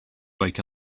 wake